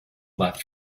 left